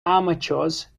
amateurs